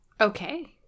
Okay